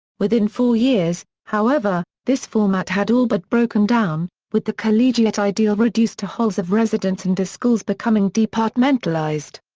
within four years, however, this format had all but broken down, with the collegiate ideal reduced to halls of residence and the schools becoming departmentalised.